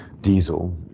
diesel